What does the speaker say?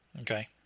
Okay